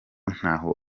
ntaho